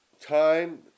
time